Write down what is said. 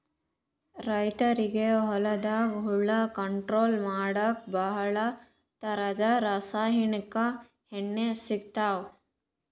ರೈತರಿಗ್ ಹೊಲ್ದಾಗ ಹುಳ ಕಂಟ್ರೋಲ್ ಮಾಡಕ್ಕ್ ಭಾಳ್ ಥರದ್ ರಾಸಾಯನಿಕ್ ಎಣ್ಣಿ ಸಿಗ್ತಾವ್